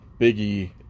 Biggie